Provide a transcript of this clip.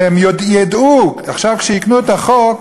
והם ידעו, עכשיו, כשיקנו דירה,